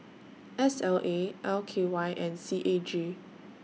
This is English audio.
S L A L K Y and C A G